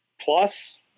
Plus